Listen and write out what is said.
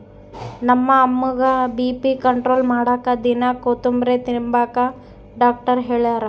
ನಮ್ಮ ಅಮ್ಮುಗ್ಗ BP control ಮಾಡಾಕ ದಿನಾ ಕೋತುಂಬ್ರೆ ತಿಂಬಾಕ ಡಾಕ್ಟರ್ ಹೆಳ್ಯಾರ